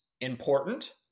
important